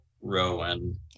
Rowan